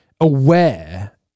aware